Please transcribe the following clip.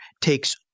takes